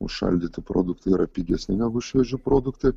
užšaldyti produktai yra pigesni negu švieži produktai